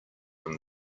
from